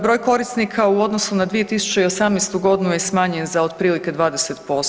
Broj korisnika u odnosu na 2018. godinu je smanjen za otprilike 20%